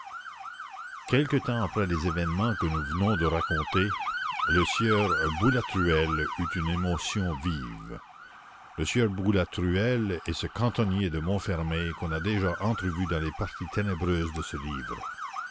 quelque temps après les événements que nous venons de raconter le sieur boulatruelle eut une émotion vive le sieur boulatruelle est ce cantonnier de montfermeil qu'on a déjà entrevu dans les parties ténébreuses de ce livre